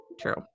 True